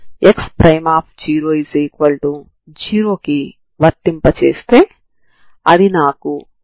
ఇది x0 ct00 అయితే x అక్షాంశం ను x0 ct0 వద్ద విభజిస్తుంది ఇక్కడ సమాంతర రేఖ విభజిస్తుంది